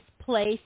place